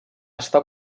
està